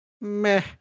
meh